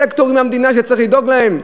עוד סקטורים למדינה שצריך לדאוג להם?